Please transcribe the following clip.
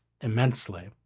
immensely